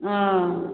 हॅं